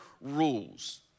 rules